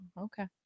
okay